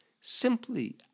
simply